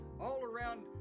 all-around